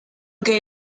que